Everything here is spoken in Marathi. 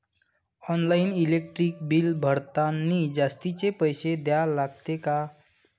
ऑनलाईन इलेक्ट्रिक बिल भरतानी जास्तचे पैसे द्या लागते का?